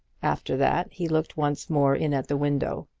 after that he looked once more in at the window.